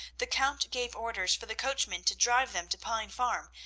the count gave orders for the coachman to drive them to pine farm,